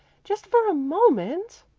just for a moment!